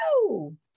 woo